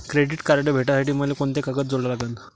Credit card भेटासाठी मले कोंते कागद जोडा लागन?